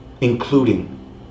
including